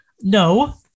No